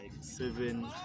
seven